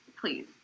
Please